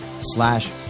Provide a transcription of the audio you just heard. slash